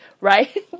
right